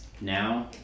Now